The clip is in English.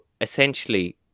essentially